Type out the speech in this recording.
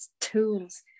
tools